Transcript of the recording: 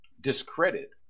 discredit